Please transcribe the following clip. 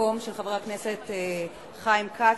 כממלאת-מקום של חבר הכנסת חיים כץ,